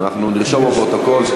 נרשום בפרוטוקול.